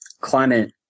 climate